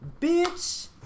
Bitch